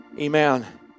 amen